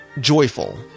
Joyful